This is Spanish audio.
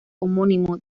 homónimo